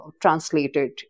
translated